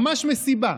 ממש מסיבה.